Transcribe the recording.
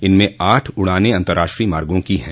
इनमें आठ उड़ानें अंतरराष्ट्रीय मार्गों की हैं